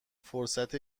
فرصت